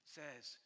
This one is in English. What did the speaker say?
says